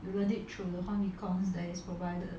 true